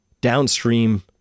downstream